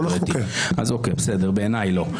בעיניי לא.